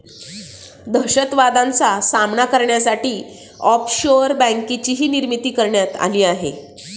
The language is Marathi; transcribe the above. दहशतवादाचा सामना करण्यासाठी ऑफशोअर बँकेचीही निर्मिती करण्यात आली आहे